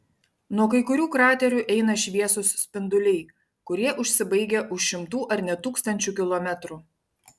nuo kai kurių kraterių eina šviesūs spinduliai kurie užsibaigia už šimtų ar net tūkstančių kilometrų